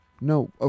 No